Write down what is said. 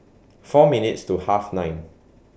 four minutes to Half nine